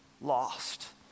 lost